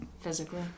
physically